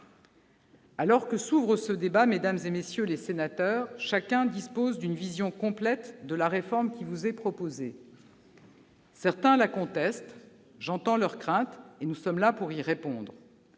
Alors que s'ouvre ce débat, mesdames, messieurs les sénateurs, chacun dispose d'une vision complète de la réforme qui vous est proposée. Certains la contestent ; j'entends leurs craintes, nous sommes là pour y répondre.